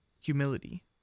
humility